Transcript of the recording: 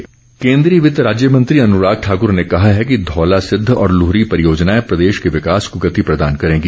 अनुराग ठाकुर केन्द्रीय वित्त राज्य मंत्री अनुराग ठाकर ने कहा है कि धौलासिद्ध और लुहरी परियोजनाएं प्रदेश के विकास को गति प्रदान करेंगी